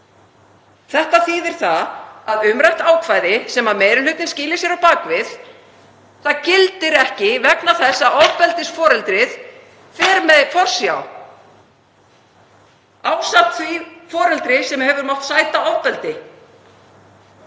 Þetta þýðir að umrætt ákvæði sem meiri hlutinn skýlir sér á bak við gildir ekki vegna þess að ofbeldisforeldrið fer með forsjá ásamt því foreldri sem hefur mátt sæta ofbeldi.